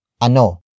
ano